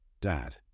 Dad